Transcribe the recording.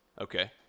Okay